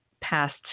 past